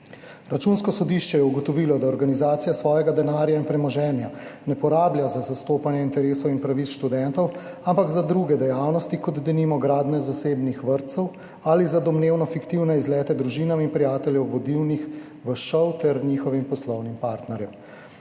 Računsko sodišče je ugotovilo, da organizacija svojega denarja in premoženja ne porablja za zastopanje interesov in pravic študentov, ampak za druge dejavnosti, kot denimo gradnje zasebnih vrtcev ali za domnevno fiktivne izlete družin in prijateljev vodilnih v ŠOU ter njihovih poslovnih partnerjev.